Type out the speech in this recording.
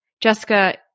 Jessica